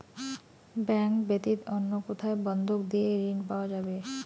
Bank ব্যাতীত অন্য কোথায় বন্ধক দিয়ে ঋন পাওয়া যাবে?